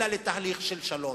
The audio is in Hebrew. אלא לתהליך של שלום,